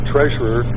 Treasurer